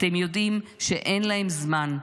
אתם יודעים שאין להם זמן.